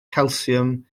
calsiwm